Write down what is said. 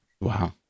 Wow